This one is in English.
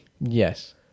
Yes